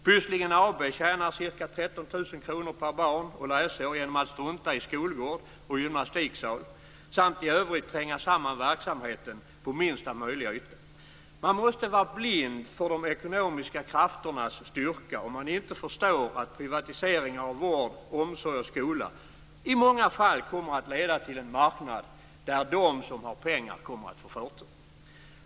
Pysslingen AB tjänar ca 13 000 kr per barn och läsår genom att strunta i skolgård och gymnastiksal samt i övrigt tränga samman verksamheten på minsta möjliga yta. Man måste vara blind för de ekonomiska krafternas styrka om man inte förstår att privatiseringar av vård, omsorg och skola i många fall kommer att leda till en marknad där de som har pengar kommer att få förtur.